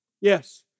Yes